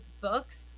books